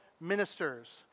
ministers